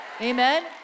amen